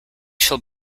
shall